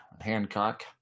Hancock